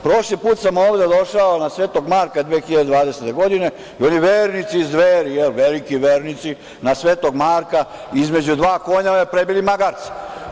Prošli put sam ovde došao na Svetog Marka 2020. godine i oni, vernici iz Dveri, veliki vernici, na Svetog Marka između dva konja me prebili magarcem.